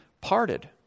parted